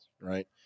right